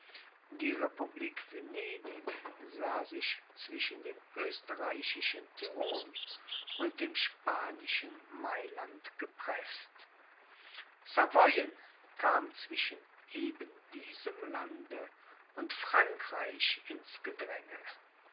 die republik venedig sah sich zwischen dem österreichischen tirol und dem spanischen mailand gepreßt savoyen kam zwischen eben diesem lande und frankreich ins gedränge